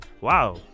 wow